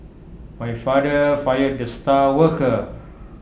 my father fired the star worker